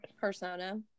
Persona